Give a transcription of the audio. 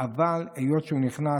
אבל היות שהוא נכנס,